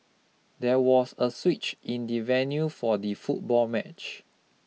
there was a switch in the venue for the football match